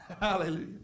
Hallelujah